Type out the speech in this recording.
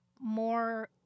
more